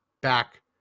back